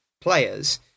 players